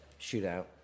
shootout